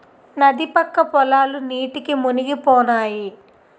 నది పక్క పొలాలు నీటికి మునిగిపోనాయి